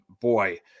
boy